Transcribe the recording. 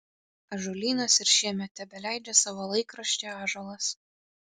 ąžuolynas ir šiemet tebeleidžia savo laikraštį ąžuolas